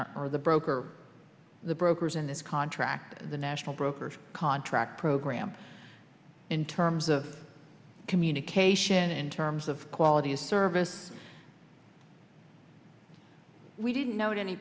are the broker or the brokers in this contract the national broker contract program in terms of communication in terms of quality of service we didn't know any